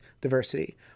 diversity